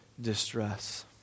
distress